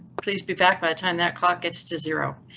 please be back by the time that cop gets to zero.